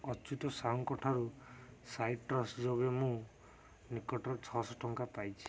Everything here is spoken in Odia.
ଅଚ୍ୟୁତ ସାହୁଙ୍କ ଠାରୁ ସାଇଟ୍ରସ୍ ଯୋଗେ ମୁଁ ନିକଟରେ ଛଅଶହ ଟଙ୍କା ପାଇଛି